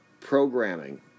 programming